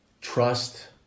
trust